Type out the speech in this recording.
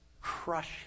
crush